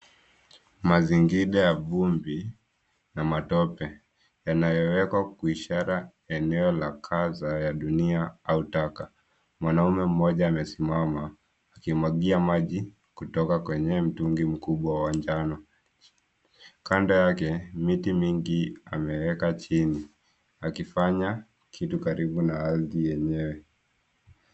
Mazingira ya vumbi na matope, yanayowekwa kuishara eneo la kaza ya dunia au taka. Mwanamume mmoja amesimama, akimwagia maji kutoka kwenye mtungi mkubwa wa njano. Kando yake, miti mingi ameweka chini, akifanya kitu karibu na ardhi yenyewe.